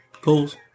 goals